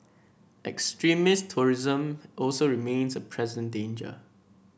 extremist terrorism also remains a present danger